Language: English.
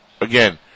again